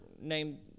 name